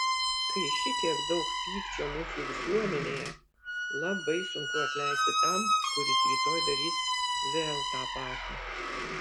kai šitiek daug pykčio mūsų visuomenėje labai sunku atleisti tam kuris rytoj darys vėl tą patį